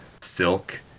Silk